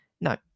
no